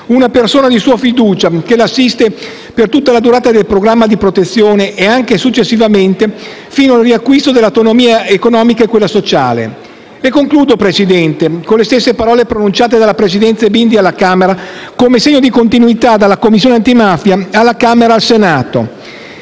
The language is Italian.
una persona di sua fiducia che l'assiste per tutta la durata del programma di protezione ed anche successivamente fino al riacquisto dell'autonomia economica e quindi sociale. Concludo signora Presidente, con le stesse parole pronunciate dalla presidente Bindi alla Camera, come segno di continuità della Commissione antimafia di Camera-Senato: